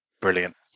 Brilliant